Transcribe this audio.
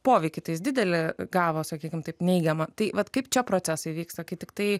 poveikį tai jis didelį gavo sakykim taip neigiamą tai vat kaip čia procesai vyksta kai tiktai